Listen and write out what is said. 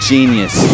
Genius